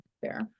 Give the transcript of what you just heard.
Fair